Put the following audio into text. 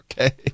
Okay